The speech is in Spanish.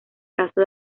caso